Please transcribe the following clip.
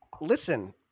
listen